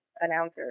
announcer